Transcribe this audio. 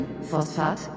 Phosphat